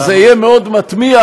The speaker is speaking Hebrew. וזה יהיה מאוד מתמיה,